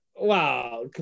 Wow